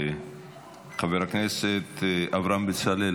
חבר הכנסת אברהם בצלאל,